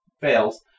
Fails